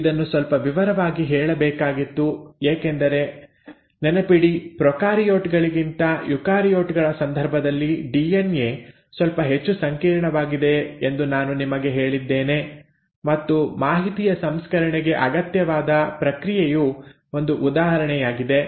ಇದನ್ನು ಸ್ವಲ್ಪ ವಿವರವಾಗಿ ಹೇಳಬೇಕಾಗಿತ್ತು ಏಕೆಂದರೆ ನೆನಪಿಡಿ ಪ್ರೊಕಾರಿಯೋಟ್ ಗಳಿಗಿಂತ ಯುಕಾರಿಯೋಟ್ ಗಳ ಸಂದರ್ಭದಲ್ಲಿ ಡಿಎನ್ಎ ಸ್ವಲ್ಪ ಹೆಚ್ಚು ಸಂಕೀರ್ಣವಾಗಿದೆ ಎಂದು ನಾನು ನಿಮಗೆ ಹೇಳಿದ್ದೇನೆ ಮತ್ತು ಮಾಹಿತಿಯ ಸಂಸ್ಕರಣೆಗೆ ಅಗತ್ಯವಾದ ಪ್ರಕ್ರಿಯೆಯು ಒಂದು ಉದಾಹರಣೆಯಾಗಿದೆ